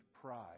pride